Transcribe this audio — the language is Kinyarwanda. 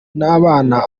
n’abana